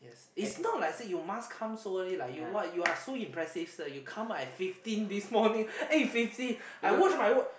it's not like say you must come so early lah you are you are so impressive sir you come eight fifteen this morning eight fifty I watch my watch